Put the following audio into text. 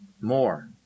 More